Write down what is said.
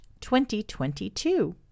2022